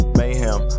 mayhem